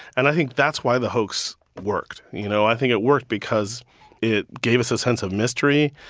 and i think that's why the hoax worked. you know, i think it worked because it gave us a sense of mystery.